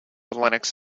linux